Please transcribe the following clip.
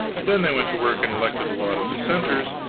then they went to work and elected a lot of dissenters,